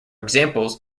examples